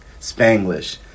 Spanglish